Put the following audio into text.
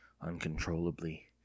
uncontrollably